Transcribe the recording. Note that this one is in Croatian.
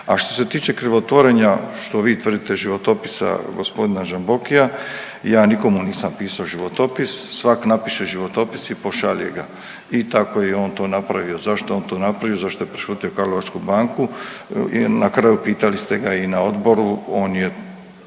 A što se tiče krivotvorenja što vi tvrdite životopisa g. Žambokija ja nikome nisam pisao životopis, svak napiše životopis i pošalje ga i tako je i on to napravio, zašto je on to napravio, zašto je prešutio Karlovačku banku i na kraju pitali ste ga i na odboru on je